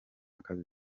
kazi